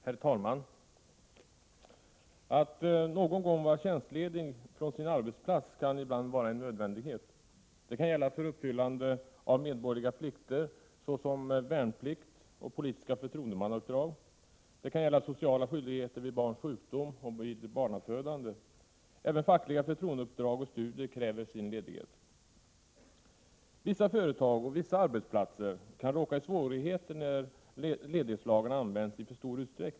Herr talman! Att någon gång vara tjänstledig från sin arbetsplats kan vara en nödvändighet. Det kan gälla för uppfyllandet av medborgerliga plikter såsom värnplikt och politiska förtroendemannauppdrag. Det kan gälla sociala skyldigheter, vid barns sjukdom och vid barnafödande. Även fackliga förtroendeuppdrag och studier kräver sin ledighet. Vissa företag och vissa arbetsplatser kan råka i svårigheter när ledighetslagarna används i för stor utsträckning.